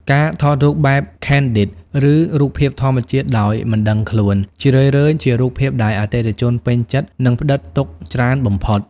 ការថតរូបបែប Candid ឬរូបភាពធម្មជាតិដោយមិនដឹងខ្លួន ជារឿយៗជារូបភាពដែលអតិថិជនពេញចិត្ត និងផ្ដិតទុកច្រើនបំផុត។